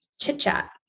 chit-chat